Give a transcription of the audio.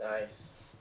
Nice